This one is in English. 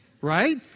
Right